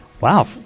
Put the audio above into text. wow